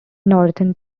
northern